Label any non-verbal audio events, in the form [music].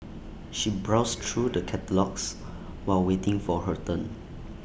she browsed through the catalogues [noise] while waiting for her turn